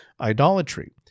idolatry